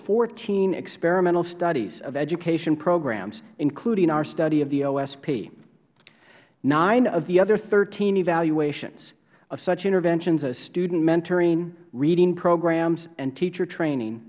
fourteen experimental studies of education programs including our study of the osp nine of the other thirteen evaluations of such interventions as student mentoring reading programs and teacher training